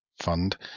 fund